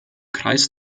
kreis